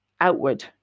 outward